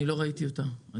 אני לא ראיתי אותה.